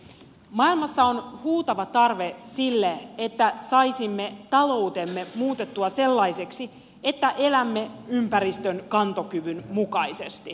maailmassa on huutava tarve sille että saisimme taloutemme muutettua sellaiseksi että elämme ympäristön kantokyvyn mukaisesti